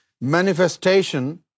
manifestation